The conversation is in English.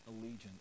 allegiance